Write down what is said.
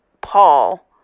Paul